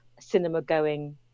cinema-going